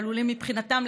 מבחינתם,